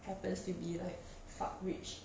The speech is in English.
happens to be like fuck rich